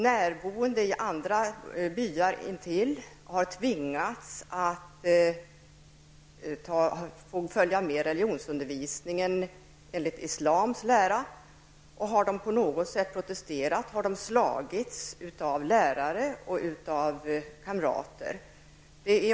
Närboende i andra byar intill har tvingats följa med i religionsundervisning enligt islams lära. Har de på något sätt protesterat, så har de slagits av lärare och av kamrater.